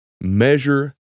measure